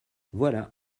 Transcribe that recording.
voilà